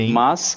mas